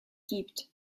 gibt